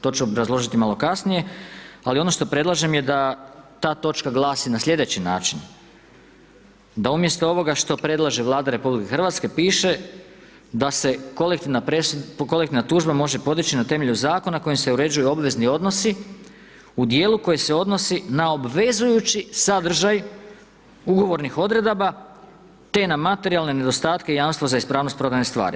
To ću obrazložiti malo kasnije, ali ono što predlažem je da ta točka glasi na sljedeći način, da umjesto ovoga što predlaže Vlada Republike Hrvatske, piše da se kolektivna tužba može podići na temelju zakona kojim se uređuju obvezni odnosi u dijelu koji se odnosi na obvezujući sadržaj ugovornih odredaba te na materijalne nedostatke i jamstvo za ispravnost prodajne stvari.